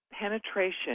penetration